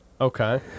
Okay